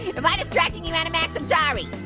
am i distracting you animex? i'm sorry.